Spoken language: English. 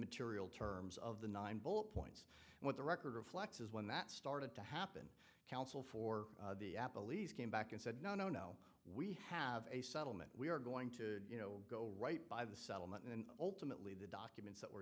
material terms of the nine ball points and what the record reflects is when that started to happen counsel for the apple e's came back and said no no no we have a settlement we are going to you know go right by the settlement and ultimately the documents that were